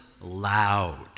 loud